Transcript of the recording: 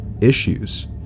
issues